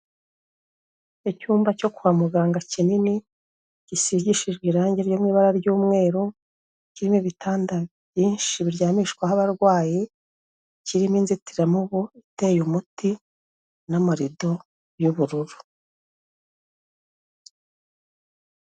Icyumba cyo kwa mu ganga kinini gisigishijwe irangi ryo mu ibara ry'umweru, kirimo ibitanda byinshi biryamishwaho abarwayi, kirimo inzitiramubu iteye umuti n'amarido y'ubururu.